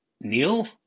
Neil